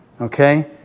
Okay